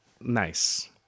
Nice